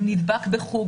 נדבק בחוג,